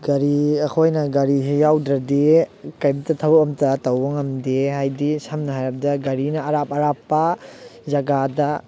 ꯒꯥꯔꯤ ꯑꯩꯈꯣꯏꯅ ꯒꯥꯔꯤꯁꯦ ꯌꯥꯎꯗ꯭ꯔꯗꯤ ꯀꯔꯤꯝꯇ ꯊꯕꯛ ꯑꯃꯇ ꯇꯧꯕ ꯉꯝꯗꯦ ꯍꯥꯏꯗꯤ ꯁꯝꯅ ꯍꯥꯏꯔꯕꯗ ꯒꯥꯔꯤꯅ ꯑꯔꯥꯞ ꯑꯔꯥꯞꯄ ꯖꯒꯥꯗ